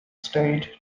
state